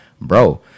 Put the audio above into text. bro